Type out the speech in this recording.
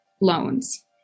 loans